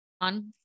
on